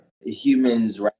Humans